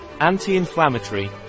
Anti-inflammatory